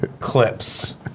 clips